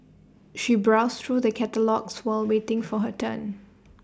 she browsed through the catalogues while waiting for her turn